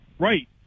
Right